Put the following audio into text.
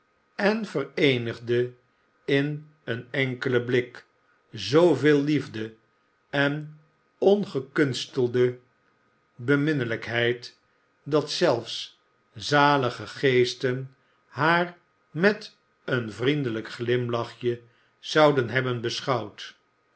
en vereenigde in een enkelen blik zooveel liefde en ongekunste de beminnelijkheid dat ze fs zalige geesten haar met een vriendelijk lachje zouden hebben beschouwd